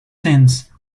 since